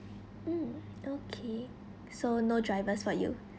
mm okay so no drivers for you